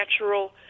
natural